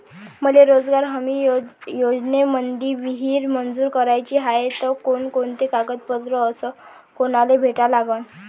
मले रोजगार हमी योजनेमंदी विहीर मंजूर कराची हाये त कोनकोनते कागदपत्र अस कोनाले भेटा लागन?